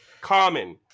Common